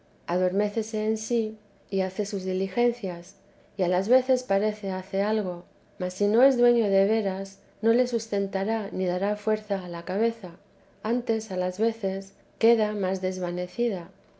adormécese en sí y hace sus diligencias y a las veces parece hace algo mas si no es sueño de veras no le sustentará ni dará fuerza a la cabeza antes a las veces queda más desvanecida